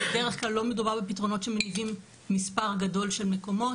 בדרך כלל לא מדובר בפתרונות שמניבים מספר גדול של מקומות.